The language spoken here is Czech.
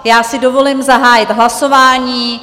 Já si dovolím zahájit hlasování.